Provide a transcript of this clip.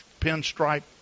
pinstripe